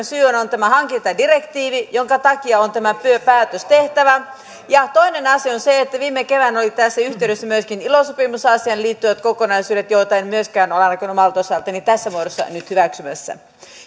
syy on tämä hankintadirektiivi jonka takia on tämä päätös tehtävä ja toinen asia on se että viime keväänä olivat tässä yhteydessä myöskin ilo sopimusasiaan liittyvät kokonaisuudet joita en myöskään ole ainakaan omalta osaltani tässä muodossa nyt hyväksymässä